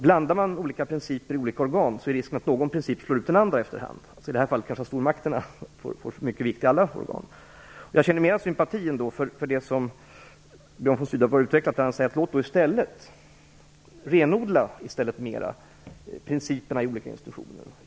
Blandar man olika principer i olika organ, finns risken att någon princip efter hand slår ut den andra, i det här fallet kanske att stormakterna får mycket vikt i alla organ. Jag känner också mer sympati för det som Björn von Sydow har utvecklat. Han menar att vi i stället mera skall renodla principerna i olika institutioner.